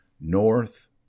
north